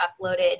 uploaded